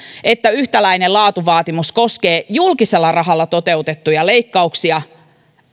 että yhtäläinen laatuvaatimus koskee julkisella rahalla toteutettuja leikkauksia